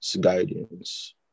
guidance